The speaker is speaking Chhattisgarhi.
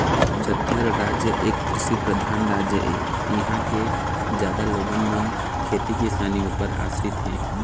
छत्तीसगढ़ राज एक कृषि परधान राज ऐ, इहाँ के जादा लोगन मन खेती किसानी ऊपर आसरित हे